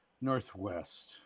northwest